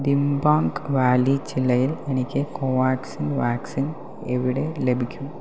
Dibang Valley ജില്ലയിൽ എനിക്ക് Covaxin vaccine എവിടെ ലഭിക്കും